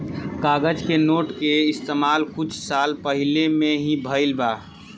कागज के नोट के इस्तमाल कुछ साल पहिले में ही भईल बा